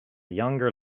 younger